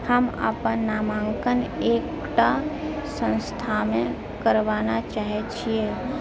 हम अपन नामाङ्कन एकटा संस्थानमे करबए चाहैत छियै